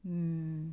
mm